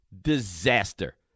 disaster